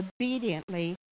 obediently